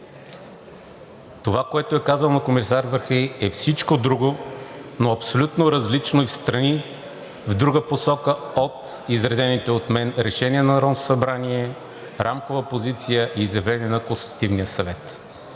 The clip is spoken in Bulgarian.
Това, което е казал на комисар Вархеи, е всичко друго, но абсолютно различно и встрани, в друга посока от изредените от мен решения на Народното събрание, рамкова позиция и изявления на Консултативния съвет.